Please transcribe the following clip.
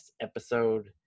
episode